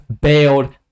bailed